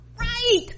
right